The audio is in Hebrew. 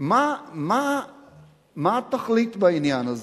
מה התכלית בעניין הזה?